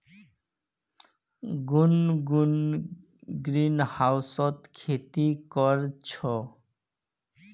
गुनगुन ग्रीनहाउसत खेती कर छ